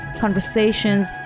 conversations